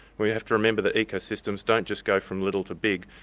we have to remember that ecosystems don't just go from little to big,